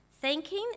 Thanking